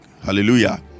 Hallelujah